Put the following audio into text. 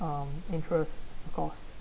um interest costs